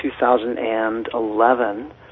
2011